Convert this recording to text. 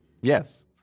Yes